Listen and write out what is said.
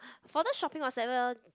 for those shopping whatsoever